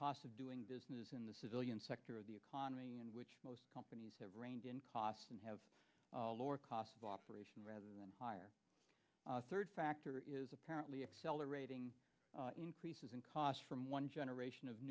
cost of doing business in the civilian sector of the economy and which most companies have reined in costs and have a lower cost of operation rather than hire third factor is apparently accelerating increases in cost from one generation of